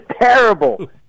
terrible